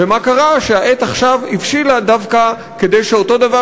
ומה קרה שהעת עכשיו הבשילה דווקא כדי שאותו דבר